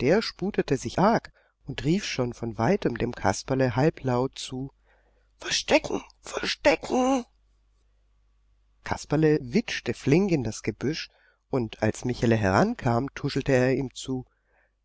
der sputete sich arg und rief schon von weitem dem kasperle halblaut zu verstecken verstecken kasperle witschte flink in das gebüsch und als michele herankam tuschelte der ihm zu